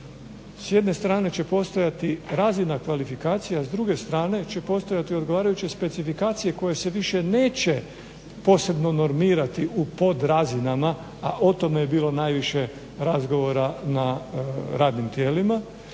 S jedne strane će postojati razina kvalifikacija, s druge strane će postojati odgovarajuće specifikacije koje se više neće posebno normirati u pod razinama, a o tome je bilo najviše razgovora na radnim tijelima,